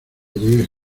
lleve